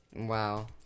Wow